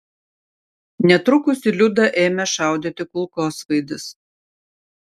netrukus į liudą ėmė šaudyti kulkosvaidis